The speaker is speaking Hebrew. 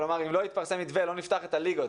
הוא אמר שאם לא יתפרסם מתווה לא נפתח את הליגות.